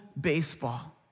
baseball